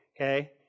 okay